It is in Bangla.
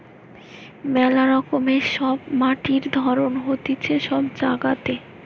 মেলা রকমের সব মাটির ধরণ হতিছে সব জায়গাতে